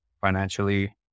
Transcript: financially